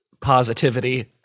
positivity